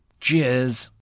Cheers